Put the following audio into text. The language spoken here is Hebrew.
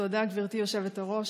תודה, גברתי היושבת-ראש.